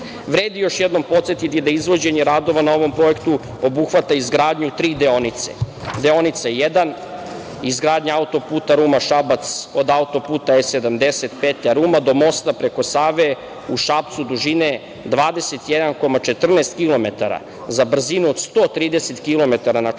Vredi još jednom podsetiti da izvođenje radova na ovom projektu obuhvata izgradnju tri deonice, deonice 1 - izgradnja auto-puta Ruma-Šabac, od auto-puta E-75, do mosta preko Save u Šapcu dužine 21,14 kilometara za brzinu od 130 kilometara